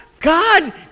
God